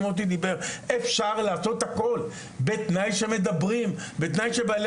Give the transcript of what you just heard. אפשר לעשות הכל בתנאי שמדברים ושבעלי